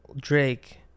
Drake